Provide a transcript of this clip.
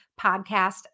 podcast